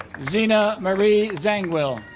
zena marie zangwill